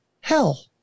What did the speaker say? Hell